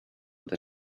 with